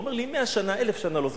הוא אומר לי: 100 שנה, 1,000 שנה, לא זוכר.